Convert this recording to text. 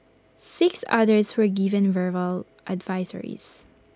six others were given verbal advisories